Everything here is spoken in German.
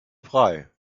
frei